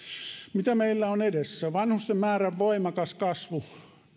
mitä meillä on edessä vanhusten määrän voimakas kasvu